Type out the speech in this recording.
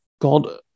God